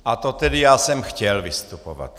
A to tedy já jsem chtěl vystupovat.